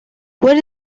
what